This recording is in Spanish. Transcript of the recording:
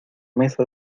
mesa